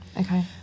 Okay